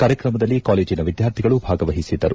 ಕಾರ್ಯಕ್ರಮದಲ್ಲಿ ಕಾಲೇಜಿನ ವಿದ್ಯಾರ್ಥಿಗಳು ಭಾಗವಒಿಸಿದ್ದರು